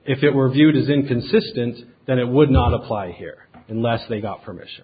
if it were viewed as inconsistent then it would not apply here unless they got permission